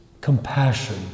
compassion